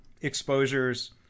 exposures